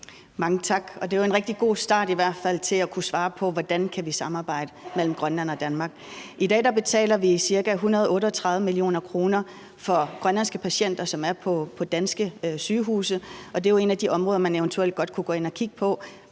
hvert fald en rigtig god start for at kunne svare på, hvordan vi kan samarbejde mellem Grønland og Danmark. I dag betaler vi ca. 138 mio. kr. for grønlandske patienter, som er på danske sygehuse, og det er jo et af de områder, man eventuelt kunne gå